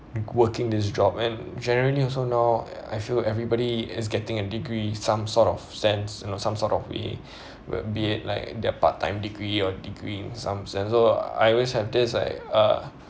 working this job and generally also now I feel everybody is getting a degree some sort of sense you know some sort of way whe~ be it like the part-time degree or degree in some sense so uh I always have this like uh